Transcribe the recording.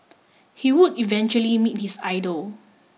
he would eventually meet his idol